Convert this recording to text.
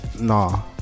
Nah